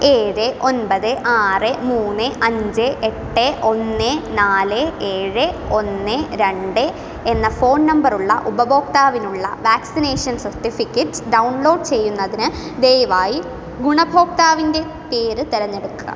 ഏഴ് ഒൻപത് ആറ് മൂന്ന് അഞ്ച് എട്ട് ഒന്ന് നാല് ഏഴ് ഒന്ന് രണ്ട് എന്ന ഫോൺ നമ്പർ ഉള്ള ഉപഭോക്താവിനുള്ള വാക്സിനേഷൻ സർട്ടിഫിക്കറ്റ് ഡൗൺലോഡ് ചെയ്യുന്നതിന് ദയവായി ഗുണഭോക്താവിൻ്റെ പേര് തിരഞ്ഞെടുക്കുക